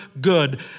good